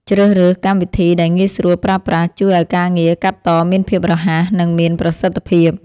ជ្រើសរើសកម្មវិធីដែលងាយស្រួលប្រើប្រាស់ជួយឱ្យការងារកាត់តមានភាពរហ័ស និង មានប្រសិទ្ធភាព។